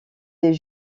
des